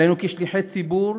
עלינו, כשליחי הציבור,